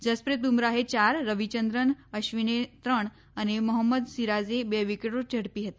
જસપ્રીત બુમરાહે ચાર રવિચંદ્રન અશ્વિને ત્રણ અને મોહમ્મદ સીરાઝે બે વિકેટો ઝડપી હતી